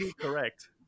correct